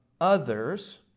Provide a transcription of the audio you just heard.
others